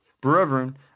Brethren